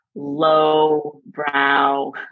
low-brow